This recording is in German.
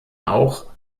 auch